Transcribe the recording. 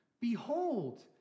Behold